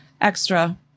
extra